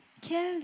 Quelle